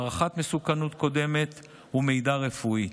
הערכת מסוכנות קודמת ומידע רפואי.